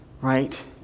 right